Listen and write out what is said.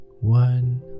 one